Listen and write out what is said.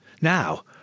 Now